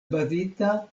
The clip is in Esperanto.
bazita